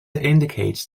indicates